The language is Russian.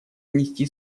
внести